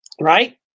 Right